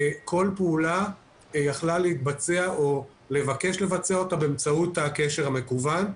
כל פעולה יכלה להתבצע או לבקש לבצע אותה באמצעות הקשר המקוון.